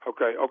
Okay